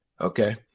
Okay